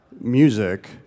music